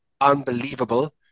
unbelievable